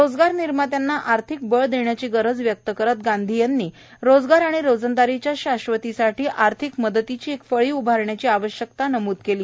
रोजगार निर्मात्यांना आर्थिक बळ देण्याची गरज व्यक्त करत गांधी यांनी रोजगार आणि रोजंदारीच्या शाश्वतीसाठी आर्थिक मदतीची एक फळी उभारण्याची आवश्यकताही नमूद केली